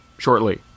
Shortly